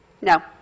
No